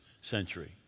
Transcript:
century